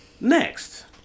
Next